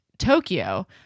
tokyo